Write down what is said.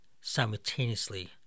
simultaneously